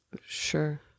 Sure